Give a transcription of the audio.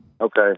Okay